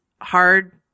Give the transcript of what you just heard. hard